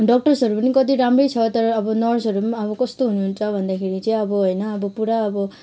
डक्टर्सहरू पनि कति राम्रै छ तर अब नर्सहरू पनि अब कस्तो हुनुहुन्छ भन्दाखेरि चाहिँ अब होइन अब पुरा अब